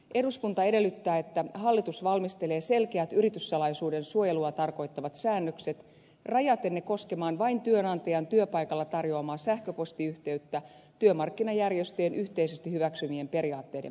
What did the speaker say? eduskunta edellyttää että hallitus valmistelee selkeät yrityssalaisuuden suojelua tarkoittavat säännökset rajaten ne koskemaan vain työnantajan työpaikalla tarjoamaa sähköpostiyhteyttä työmarkkinajärjestöjen yhteisesti hyväksymien periaatteiden pohjalta